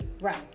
Right